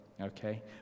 okay